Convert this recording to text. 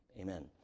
Amen